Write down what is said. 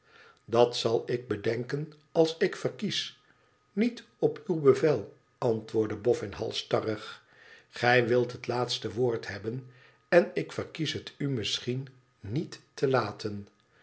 dat zal ik bedenken als ik verkies niet op uw bevel antwoordde boffin halstarrig i gij wilt het laatste woord hebben en ik verkies het u misschien niet te laten